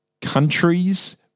countries